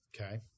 Okay